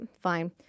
fine